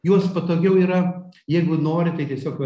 juos patogiau yra jeigu nori tai tiesiog va